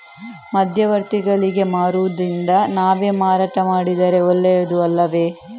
ಮಧ್ಯವರ್ತಿಗಳಿಗೆ ಮಾರುವುದಿಂದ ನಾವೇ ಮಾರಾಟ ಮಾಡಿದರೆ ಒಳ್ಳೆಯದು ಅಲ್ಲವೇ?